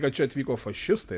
kad čia atvyko fašistai